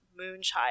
Moonchild